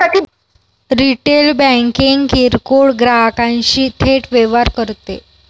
retail banking किरकोळ ग्राहकांशी थेट व्यवहार करते